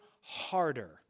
harder